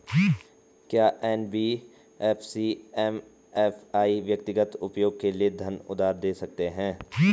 क्या NBFC MFI व्यक्तिगत उपयोग के लिए धन उधार दें सकते हैं?